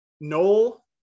Noel